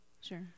Sure